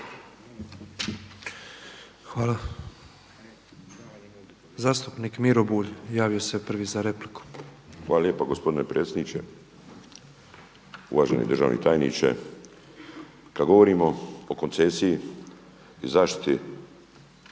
Hvala. Zastupnik Miro Bulj javio se prvi za repliku. **Bulj, Miro (MOST)** Hvala lijepo gospodine predsjedniče. Uvaženi državni tajniče. Kada govorimo o koncesiji i zaštiti